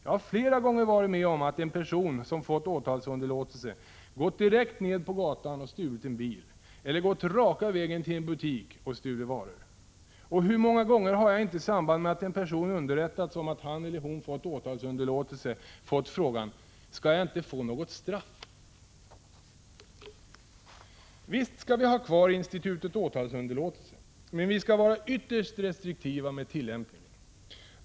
Jag har flera gånger varit med om att en person som fått åtalsunderlåtelse gått direkt ned på gatan och stulit en bil eller gått raka vägen till en butik och stulit varor. Och hur många gånger har jaginteisamband med att en person underrättats om att han eller hon erhållit åtalsunderlåtelse fått frågan: ”Skall jag inte få något straff?” Visst skall vi ha kvar institutet åtalsunderlåtelse, men vi skall vara ytterst restriktiva med tillämpningen.